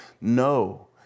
No